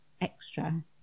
extra